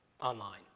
online